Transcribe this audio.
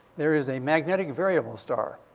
there is a magnetic variable star.